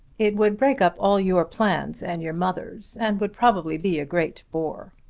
it would break up all your plans and your mother's, and would probably be a great bore.